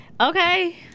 Okay